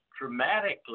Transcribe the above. dramatically